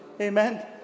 Amen